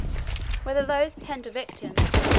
whether those tender victims,